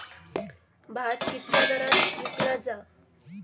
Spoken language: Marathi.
भात कित्क्या दरात विकला जा?